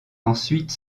ensuite